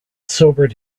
sobered